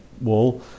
wall